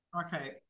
Okay